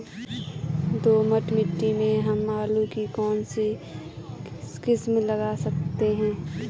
दोमट मिट्टी में हम आलू की कौन सी किस्म लगा सकते हैं?